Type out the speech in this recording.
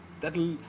that'll